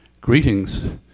Greetings